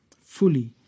fully